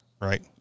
right